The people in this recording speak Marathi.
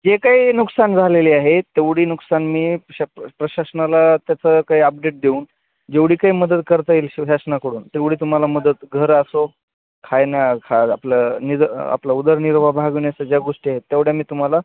जे काही नुकसान झालेले आहे तेवढी नुकसान मी शा प्रशासनाला त्याचं काही अपडेट देऊन जेवढी काही मदत करता येईल श शासनाकडून तेवढी तुम्हाला मदत घर असो खायन खा आपलं नि आपलं उदरनिर्वाह भागवण्याच्या ज्या गोष्टी आहेत तेवढ्या मी तुम्हाला